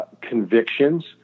convictions